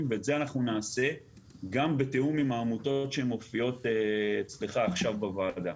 ואת זה נעשה גם בתיאום עם העמותות שמופיעות אצלך עכשיו בוועדה.